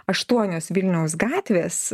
aštuonios vilniaus gatvės